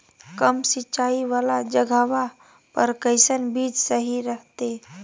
कम सिंचाई वाला जगहवा पर कैसन बीज सही रहते?